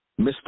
Mr